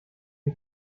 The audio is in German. wie